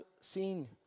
seen